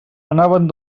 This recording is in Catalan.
anaven